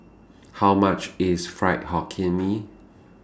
How much IS Fried Hokkien Mee